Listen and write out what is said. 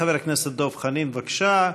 חבר הכנסת דב חנין, בבקשה.